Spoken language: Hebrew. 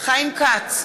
חיים כץ,